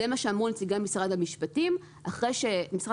זה מה שאמרו נציגי משרד המשפטים אחרי שמשרד